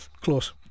Close